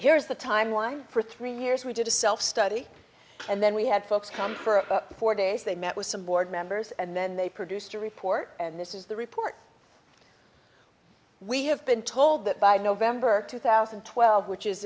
here's the timeline for three years we did a self study and then we had folks come for four days they met with some board members and then they produced a report and this is the report we have been told that by november two thousand and twelve which is